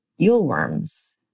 eelworms